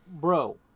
bro